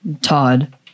Todd